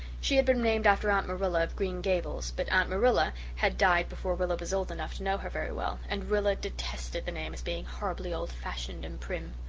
she had been named after aunt marilla of green gables, but aunt marilla had died before rilla was old enough to know her very well, and rilla detested the name as being horribly old-fashioned and prim.